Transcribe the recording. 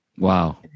Wow